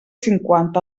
cinquanta